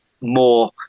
more